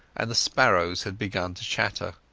and the sparrows had begun to chatter.